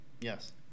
Yes